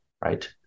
Right